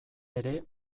ere